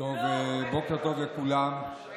בוקר טוב לכולם,